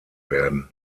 werden